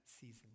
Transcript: season